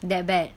that bad